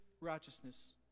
righteousness